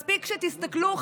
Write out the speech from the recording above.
מספיק שתסתכלו,